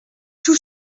tout